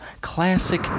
classic